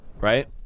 right